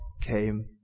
came